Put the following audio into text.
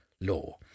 law